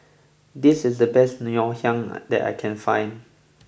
this is the best Ngoh Hiang that I can find